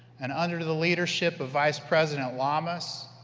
and under the leadership of vice president lamas,